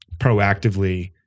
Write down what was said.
proactively